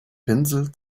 pinsel